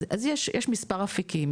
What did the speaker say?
יש מספר אפיקים.